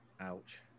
Ouch